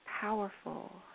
powerful